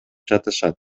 жатышат